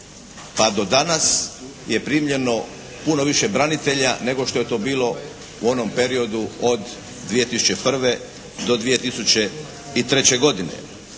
pa do danas je primljeno puno više branitelja nego što je to bilo u onom periodu od 2001. do 2003. godine.